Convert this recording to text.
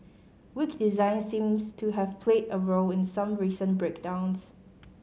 weak design seems to have played a role in some recent breakdowns